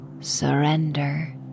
surrender